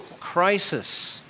crisis